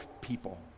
people